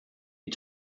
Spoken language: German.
die